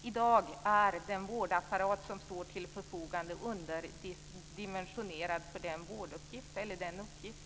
I dag är den vårdapparat som står till förfogande underdimensionerad för denna uppgift.